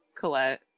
Colette